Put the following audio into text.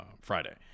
Friday